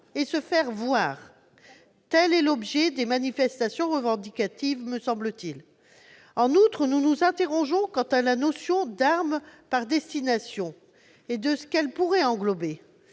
et se faire voir. Tel est l'objet des manifestations revendicatives, me semble-t-il. En outre, nous nous interrogeons sur la notion d'arme par destination et ce qu'elle pourrait englober.